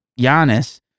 Giannis